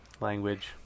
language